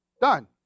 Done